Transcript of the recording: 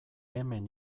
hemen